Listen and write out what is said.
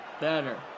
better